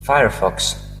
firefox